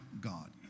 God